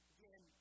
Again